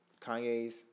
Kanye's